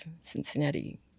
Cincinnati